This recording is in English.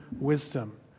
wisdom